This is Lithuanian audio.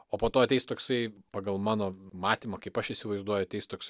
o po to ateis toksai pagal mano matymą kaip aš įsivaizduoju ateis toks